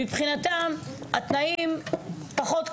שמבחינתם התנאים פחות קשים.